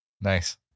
nice